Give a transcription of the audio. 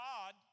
God